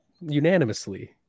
unanimously